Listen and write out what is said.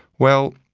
well,